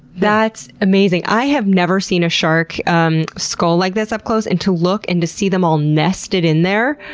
that's amazing. i have never seen a shark um skull like this up close and to look and to see them all nested in there.